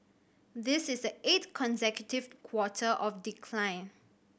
this is the eighth consecutive quarter of decline